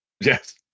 Yes